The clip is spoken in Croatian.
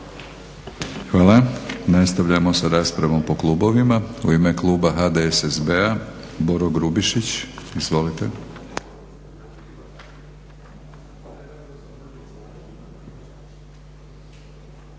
Hvala. Nastavljamo sa raspravom po klubovima. U ime Kluba HDSSB-a Boro Grubišić. Izvolite.